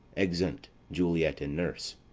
exeunt juliet and nurse.